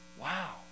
Wow